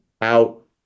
out